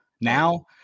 Now